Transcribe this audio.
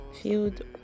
field